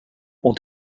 ont